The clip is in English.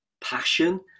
passion